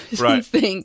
Right